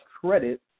credit